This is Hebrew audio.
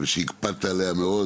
שהקפדת עליה מאוד.